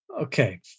Okay